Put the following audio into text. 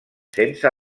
sense